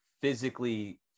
physically